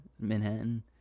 manhattan